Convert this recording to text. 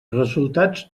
resultats